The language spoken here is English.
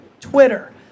Twitter